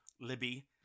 libby